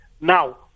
Now